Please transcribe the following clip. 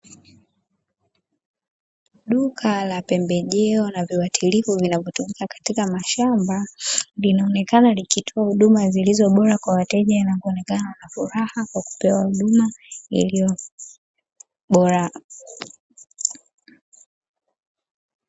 Duka la pembejeo la viwatilifu vinavyotumika katika mashamba, linaonekana likitoa huduma zilizo bora kwa wateja na kuonekana na furaha kwa kupewa huduma iliyo bora.